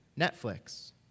Netflix